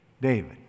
David